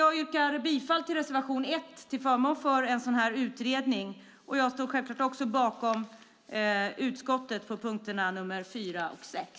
Jag yrkar bifall till reservation 1 till förmån för en utredning och står självklart bakom utskottets förslag under punkt 4 och 6.